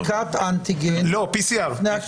אבל --- בדיקת אנטיגן לפני הכניסה.